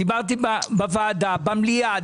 דיברתי בוועדה ובמליאה.